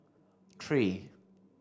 three